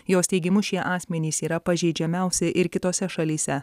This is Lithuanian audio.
jos teigimu šie asmenys yra pažeidžiamiausi ir kitose šalyse